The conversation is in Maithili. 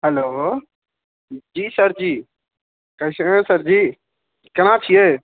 हैलो जी सर जी कैसे हैं सर जी केना छियै